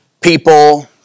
people